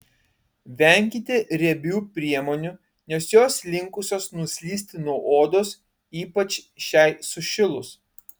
venkite riebių priemonių nes jos linkusios nuslysti nuo odos ypač šiai sušilus